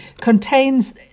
contains